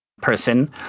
person